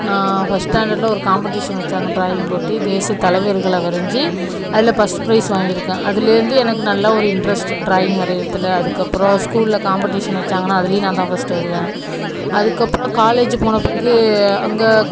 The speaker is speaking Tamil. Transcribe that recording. நான் ஃபஸ்ட்டாண்டட்ல ஒரு காம்படிஷன் வச்சாங்க ட்ராயிங் போட்டி தேச தலைவர்களை வரைந்து அதில் பஸ்ட் ப்ரைஸ் வாங்கியிருக்கேன் அதிலேருந்து எனக்கு நல்லா ஒரு இன்ட்ரஸ்ட்டு ட்ராயிங் வரையிறதில் அதுக்கப்புறம் ஸ்கூல்ல காம்படிஷன் வச்சாங்கன்னால் அதுலேயும் நான்தான் ஃபஸ்ட்டு வருவேன் அதுக்கப்புறம் காலேஜ் போன பிறகு அங்கே